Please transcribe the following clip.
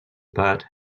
but